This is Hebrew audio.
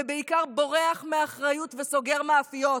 ובעיקר, בורח מאחריות וסוגר מאפיות,